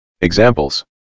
Examples